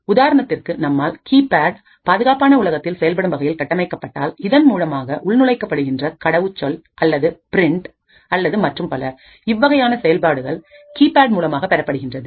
உதாரணத்திற்கு நம்மால் கீபேட் பாதுகாப்பான உலகத்தில் செயல்படும் வகையில் கட்டமைக்கப்பட்டால் இதன்மூலமாக உள்நுழைக்கப்படுகின்ற கடவுச்சொல்அல்லது பிரிண்ட் அல்லது மற்றும் பல இவ்வகையான செயல்பாடுகள் கீபேட் மூலமாக பெறப்படுகின்றது